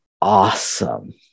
awesome